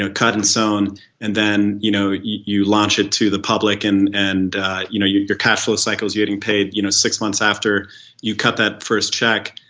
ah cut in some so and and then you know you launch it to the public and and you know your your capital cycle is getting paid you know six months after you cut that first cheque.